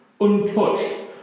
untouched